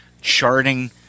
charting